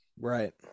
Right